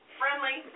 friendly